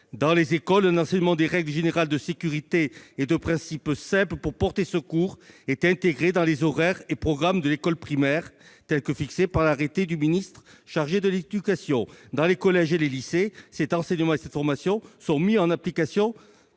Dans les écoles, un enseignement des règles générales de sécurité et de principes simples pour porter secours est intégré dans les horaires et programmes de l'école primaire tels que fixés par arrêté du ministre chargé de l'éducation. [...]« Dans les collèges et les lycées, cet enseignement et cette formation sont mis en oeuvre en